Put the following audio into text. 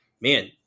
man